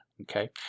okay